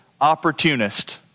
opportunist